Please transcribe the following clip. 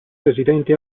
residenti